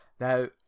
now